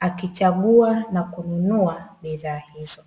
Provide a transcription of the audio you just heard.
akichagua na kununua bidhaa hizo.